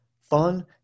fun